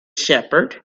shepherd